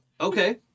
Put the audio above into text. Okay